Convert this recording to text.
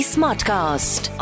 Smartcast